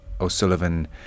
O'Sullivan